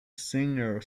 singer